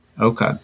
Okay